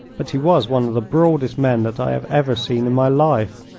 but he was one of the broadest men that i have ever seen in my life.